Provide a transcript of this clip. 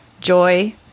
joy